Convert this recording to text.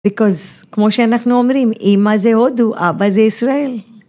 ‫כי כמו שאנחנו אומרים, ‫אמא זה הודו, אבא זה ישראל.